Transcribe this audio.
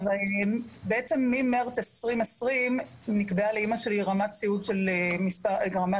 בעצם ממרץ 2020 נקבעה לאמא שלי רמת סיעוד שש,